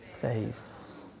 face